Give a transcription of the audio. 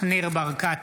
ניר ברקת,